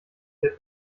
der